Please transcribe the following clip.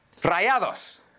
Rayados